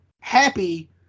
happy